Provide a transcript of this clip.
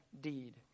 deed